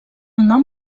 nom